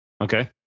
Okay